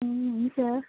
हुन्छ